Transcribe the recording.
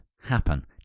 happen